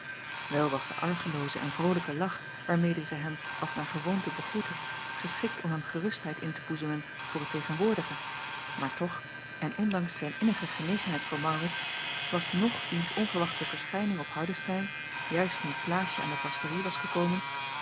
wel was de argelooze en vrolijke lach waarmede zij hem als naar gewoonte begroette geschikt om hem gerustheid in te boezemen voor het tegenwoordige maar toch en ondanks zijn innige genegenheid voor maurits was noch diens onverwachte verschijning op hardestein juist nu klaasje aan de pastorie was gekomen